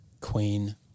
Queen